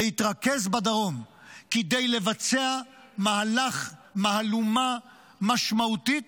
כדי לבצע מהלך, מהלומה משמעותית